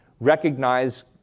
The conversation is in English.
recognize